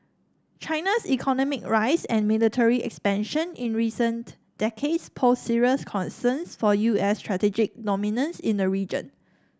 China's economic rise and military expansion in recent decades pose serious concerns for U S strategic dominance in the region